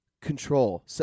control